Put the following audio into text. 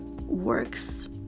works